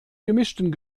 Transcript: gemischten